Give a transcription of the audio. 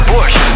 Bush